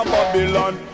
Babylon